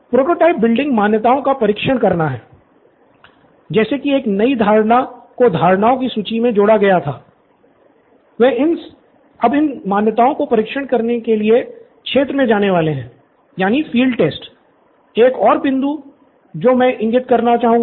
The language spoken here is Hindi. प्रोटोटाइप बिल्डिंग मान्यताओं का परीक्षण करना है जैसे की एक नयी धारणा को धारणाओं की सूची में जोड़ा गया थावे अब इन मान्यताओं का परीक्षण करने के लिए क्षेत्र में जाने वाले हैं एक और बिंदु जो मैं इंगित करना चाहता हूं